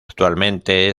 actualmente